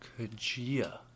Kajia